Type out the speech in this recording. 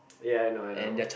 ya I know I know